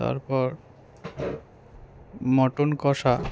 তারপর মটন কষা